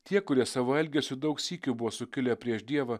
tie kurie savo elgesiu daug sykių buvo sukilę prieš dievą